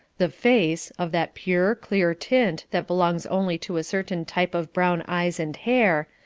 the face, of that pure, clear tint that belongs only to a certain type of brown eyes and hair,